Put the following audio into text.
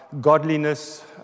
godliness